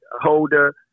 holder